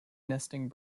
nesting